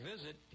visit